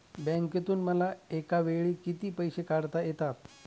बँकेतून मला एकावेळी किती पैसे काढता येतात?